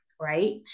right